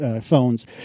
phones